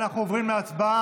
אנחנו עוברים להצבעה,